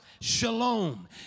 Shalom